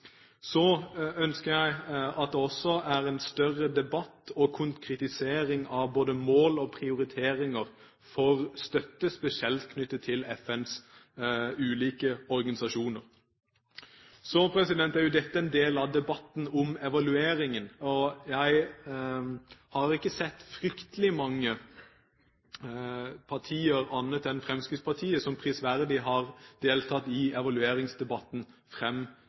Så ønsker jeg at det også er en større debatt og konkretisering av både mål og prioriteringer for støtte, spesielt knyttet til FNs ulike organisasjoner. Dette er jo en del av debatten om evalueringen. Jeg har ikke sett fryktelig mange partier, annet enn Fremskrittspartiet, som prisverdig har deltatt i evalueringsdebatten,